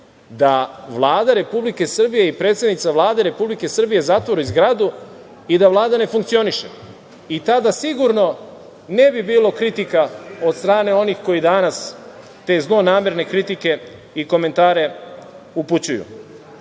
Da Vlada Republike Srbije i predsednica Vlade Republike Srbije zatvori zgradu i da Vlada ne funkcioniše? Tada sigurno ne bi bilo kritika od strane onih koji danas te zlonamerne kritike i komentare